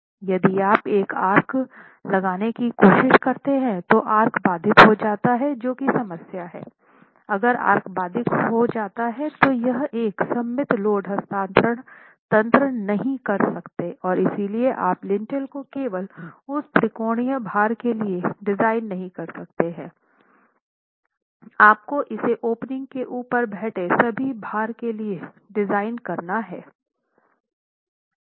यदि आप एक आर्क लगाने की कोशिश करते हैं तो आर्क बाधित हो जाता है जो कि समस्या है अगर आर्क बाधित हो जाता है तो यह एक सममित लोड हस्तांतरण तंत्र नहीं कर सकते और इसलिए आप लिंटेल को केवल उस त्रिकोणीय भार के लिए डिज़ाइन नहीं कर सकते हैं आपको इसे ओपनिंग के ऊपर बैठे सभी भार के लिए डिज़ाइन करना है